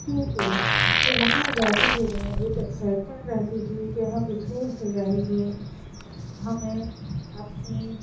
کیوں کہ وہاں جانے کے لیے ایک اکسائٹمنٹ رہتی تھی کہ ہم اسکول سے جائیں گے ہمیں اپنی